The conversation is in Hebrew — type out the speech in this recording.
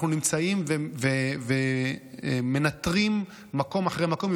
אנחנו נמצאים ומנטרים מקום אחרי מקום.